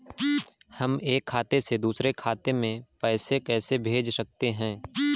हम एक खाते से दूसरे खाते में पैसे कैसे भेज सकते हैं?